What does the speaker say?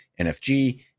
NFG